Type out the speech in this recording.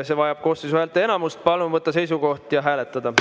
see vajab koosseisu häälteenamust. Palun võtta seisukoht ja hääletada!